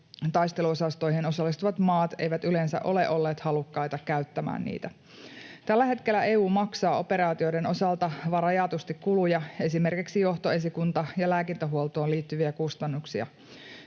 taisteluosastoihin osallistuvat maat eivät yleensä ole olleet halukkaita käyttämään niitä. Tällä hetkellä EU maksaa operaatioiden osalta vain rajatusti kuluja, esimerkiksi johtoesikunta- ja lääkintähuoltoon liittyviä kustannuksia.